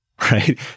right